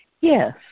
Yes